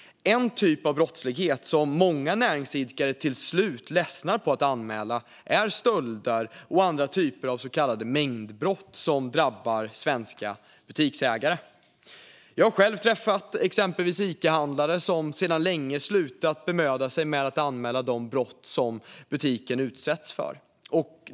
En typ av brottslighet som många näringsidkare till slut ledsnar på att anmäla är de stölder och andra typer av så kallade mängdbrott som drabbar svenska butiksägare. Jag har själv träffat exempelvis Icahandlare som sedan länge slutat bemöda sig om att anmäla de brott butiken utsätts för.